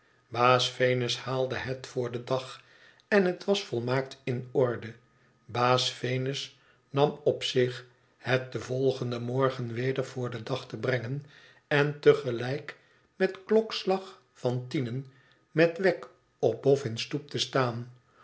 venus haalde het voor den dag en het was volmaakt in orde baas venus nam op zich het den volgenden morgen weder voor den dag te brengen en te gelijk met klokslag van tienen met wegg op boffin s stoep te staan